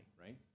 right